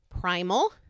primal